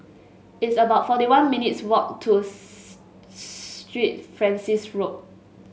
it's about forty one minutes' walk to Street Francis Road